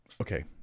okay